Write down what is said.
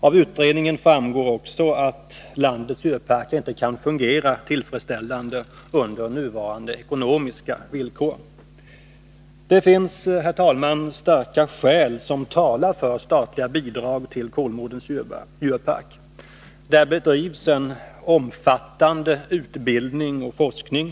Av utredningen framgår också att landets djurparker inte kan = att förbättra de fungera tillfredsställande under nuvarande ekonomiska villkor. ekonomiska vill Det finns, herr talman, starka skäl som talar för statliga bidrag till koren för djurpar Kolmårdens djurpark. Där bedrivs en omfattande utbildning och forskning.